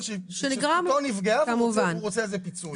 שזכותו נפגעה והוא רוצה על זה פיצוי.